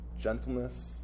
gentleness